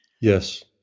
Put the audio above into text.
yes